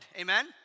Amen